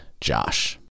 Josh